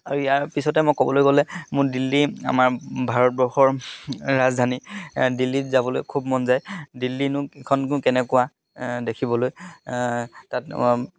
আৰু ইয়াৰ পিছতে মই ক'বলৈ গ'লে মোৰ দিল্লী আমাৰ ভাৰতবৰ্ষৰ ৰাজধানী দিল্লীত যাবলৈ খুব মন যায় দিল্লীনো এইখননো কেনেকুৱা দেখিবলৈ তাত